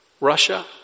Russia